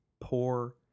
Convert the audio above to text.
poor